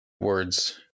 words